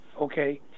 okay